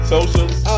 Socials